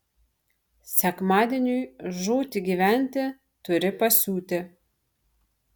sekmadieniui žūti gyventi turi pasiūti